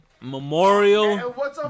Memorial